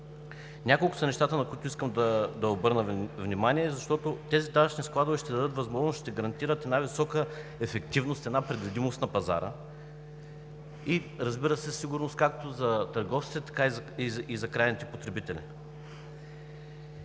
Няколко са нещата, на които искам да обърна внимание, защото тези данъчни складове ще дадат възможност и ще гарантират висока ефективност, предвидимост на пазара и, разбира се, сигурност както за търговците, така и за крайните потребители.